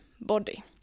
body